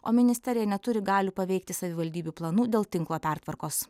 o ministerija neturi galių paveikti savivaldybių planų dėl tinklo pertvarkos